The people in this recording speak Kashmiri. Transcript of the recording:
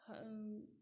ہا اۭں